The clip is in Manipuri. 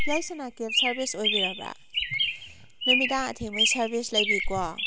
ꯌꯥꯏꯁꯅꯥ ꯀꯦꯞ ꯁꯔꯚꯤꯁ ꯑꯣꯏꯕꯤꯔꯕ꯭ꯔꯥ ꯅꯨꯃꯤꯗꯥꯡ ꯑꯊꯦꯡꯕꯩ ꯁꯔꯚꯤꯁ ꯂꯩꯕꯤꯀꯣ